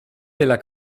della